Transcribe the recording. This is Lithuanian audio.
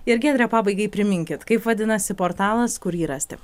ir giedre pabaigai priminkit kaip vadinasi portalas kur jį rasti